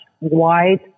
wide